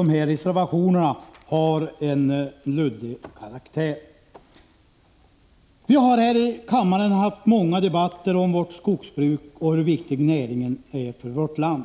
reservationerna har en luddig karaktär. Vi har här i kammaren haft många debatter om vårt skogsbruk och om hur viktig näringen är för vårt land.